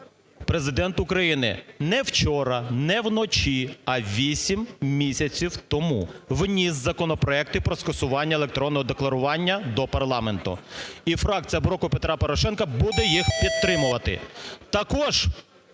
Президент України не вчора, не вночі, а вісім місяців тому вніс законопроект про скасування електронного декларування до парламенту, і фракція "Блоку Петра Порошенка" буде їх підтримувати. Також